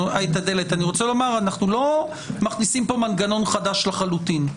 אנחנו לא מכניסים פה מנגנון חדש לחלוטין.